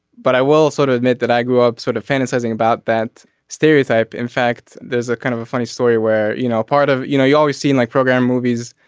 but i will sort of admit that i grew up sort of fantasizing about that stereotype. in fact there's a kind of funny story where you know a part of you know you always seem like program movies.